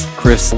chris